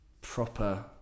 proper